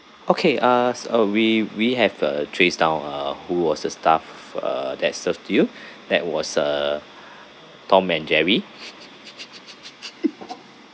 okay uh s~ oh we we have uh trace down uh who was the staff f~ uh that served to you that was uh tom and jerry